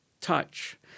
touch